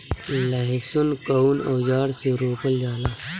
लहसुन कउन औजार से रोपल जाला?